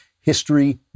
history